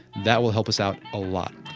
that will help us out a lot.